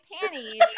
panties